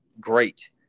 Great